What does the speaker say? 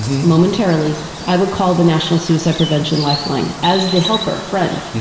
momentarily i would call the national suicide prevention lifeline as the helper or friend,